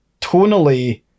tonally